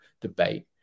debate